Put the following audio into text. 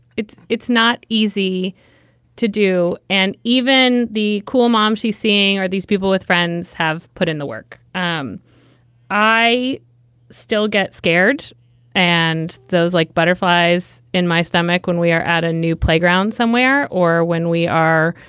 it's it's not easy to do. and even the cool mom she's seeing are these people with friends have put in the work and um i still get scared and those like butterflies in my stomach when we are at a new playground somewhere or when we are